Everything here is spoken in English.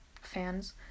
fans